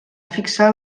fixar